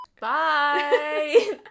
Bye